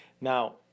Now